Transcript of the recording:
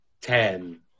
ten